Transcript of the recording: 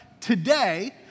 today